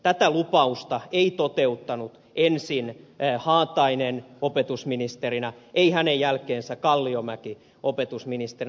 tätä lupausta ei toteuttanut ensin haatainen opetusministerinä ei hänen jälkeensä kalliomäki opetusministerinä